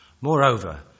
Moreover